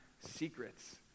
secrets